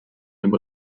dem